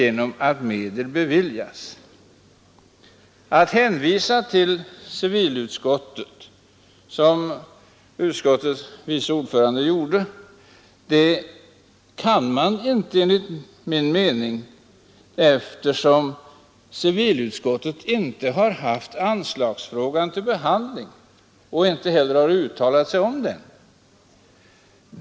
Enligt min mening kan man här inte hänvisa till civilutskottet — som kulturutskottets vice ordförande gjorde — eftersom civilutskottet inte har haft anslagsfrågan till behandling och inte heller har uttalat sig om den.